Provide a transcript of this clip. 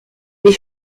les